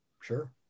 Sure